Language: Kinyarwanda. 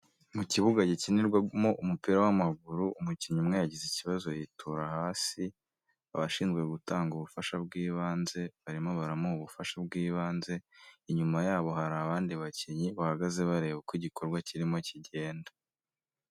Mu kibuga gikinirwamo umupira w'amaguru umukinnyi umwe yagize ikibazo yitura hasi, abashinzwe gutanga ubufasha bw'ibanze barimo baramuha ubufasha bw'ibanze, inyuma yabo hari abandi bakinnyi bahagaze bareba uko igikorwa kirimo kigenda.